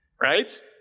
right